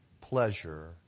pleasure